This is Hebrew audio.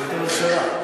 מזכירות הממשלה.